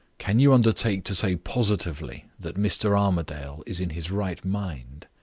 can you undertake to say positively that mr. armadale is in his right mind?